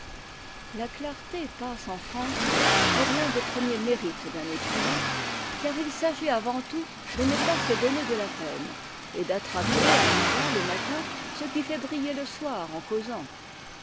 la clarté passe en france pour l'un des premiers mérites d'un écrivain car il s'agit avant tout de ne pas se donner de la peine et d'attraper en lisant le matin ce qui fait briller le soir en causant